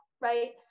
right